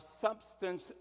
substance